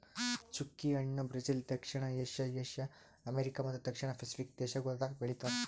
ಚ್ಚುಕಿ ಹಣ್ಣ ಬ್ರೆಜಿಲ್, ದಕ್ಷಿಣ ಏಷ್ಯಾ, ಏಷ್ಯಾ, ಅಮೆರಿಕಾ ಮತ್ತ ದಕ್ಷಿಣ ಪೆಸಿಫಿಕ್ ದೇಶಗೊಳ್ದಾಗ್ ಬೆಳಿತಾರ್